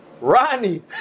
Ronnie